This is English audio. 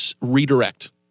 redirect